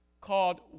called